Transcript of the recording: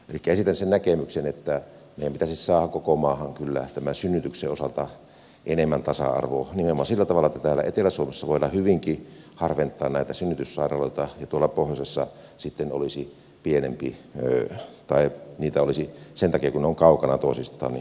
esitän sen näkemyksen että meidän pitäisi saada koko maahan kyllä tämän synnytyksen osalta enemmän tasa arvoa nimenomaan sillä tavalla että täällä etelä suomessa voidaan hyvinkin harventaa näitä synnytyssairaaloita ja tuolla pohjoisessa sitten olisi pienempi ryhmä tai mitä olisi sen takia kun ne ovat kaukana toisistaan entinen määrä